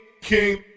king